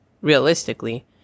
realistically